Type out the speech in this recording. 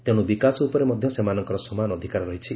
ତେଶୁ ବିକାଶ ଉପରେ ମଧ୍ଧ ସେମାନଙ୍କର ସମାନ ଅଧିକାର ରହିଛି